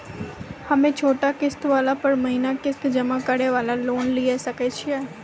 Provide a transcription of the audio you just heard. हम्मय छोटा किस्त वाला पर महीना किस्त जमा करे वाला लोन लिये सकय छियै?